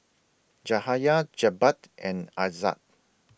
Jahaya Jebat and Aizat